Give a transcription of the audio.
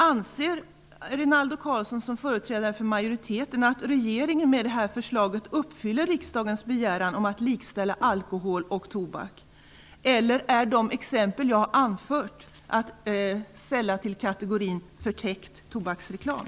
Anser Rinaldo Karlsson som företrädare för majoriteten att regeringen med det här förslaget uppfyller riksdagens begäran om att likställa alkohol och tobak? Är de exempel som jag anfört att sälla till kategorin förtäckt tobaksreklam?